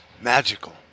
magical